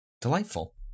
Delightful